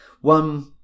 One